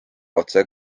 otse